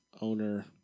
owner